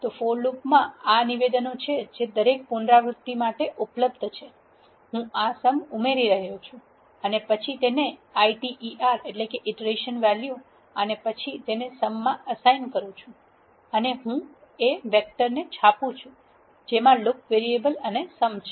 તો for loop માં આ નિવેદનો છે જે દરેક પુનરાવૃત્તિ માટે ઉપલબ્ધ છે હું આ સમ ઉમેરી રહ્યો છું અને પછી તેને iter વેલ્યુ અને પછી તેને સમ માં એસાઇન કરુ છું અને હું વેક્ટર ને છાપું છું જેમાં લૂપ વેરીએબલ અને સમ છે